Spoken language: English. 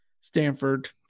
Stanford